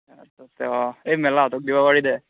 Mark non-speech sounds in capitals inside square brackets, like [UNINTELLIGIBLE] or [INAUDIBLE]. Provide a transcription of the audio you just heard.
[UNINTELLIGIBLE] এই মেলাহঁতক দিব পাৰি দে